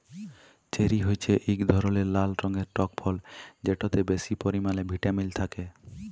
cherry হছে ইক ধরলের লাল রঙের টক ফল যেটতে বেশি পরিমালে ভিটামিল থ্যাকে